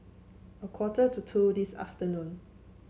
a quarter to two this afternoon